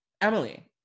Emily